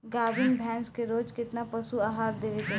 गाभीन भैंस के रोज कितना पशु आहार देवे के बा?